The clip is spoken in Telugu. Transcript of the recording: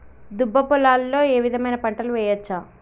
దుబ్బ పొలాల్లో ఏ విధమైన పంటలు వేయచ్చా?